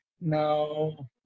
Now